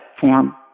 form